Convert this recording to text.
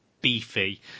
beefy